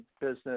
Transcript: business